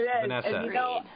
Vanessa